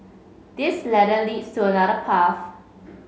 this ladder leads to another path